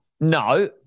No